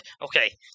Okay